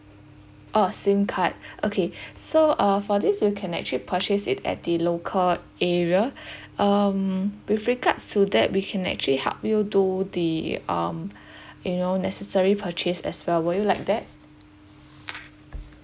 oh SIM card okay so uh for this you can actually purchase it at the local area um with regards to that we can actually help you do the um you know necessary purchase as well would you like that